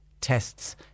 tests